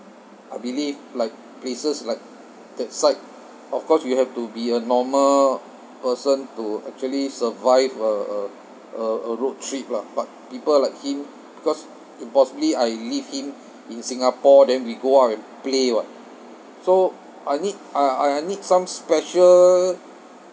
I believe like places like that side of course you have to be a normal person to actually survive a a a a road trip lah but people like him because if possibly I leave him in singapore then we go out and play [what] so I need uh I I need some special